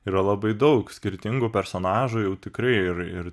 yra labai daug skirtingų personažų jau tikrai ir ir